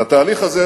והתהליך הזה,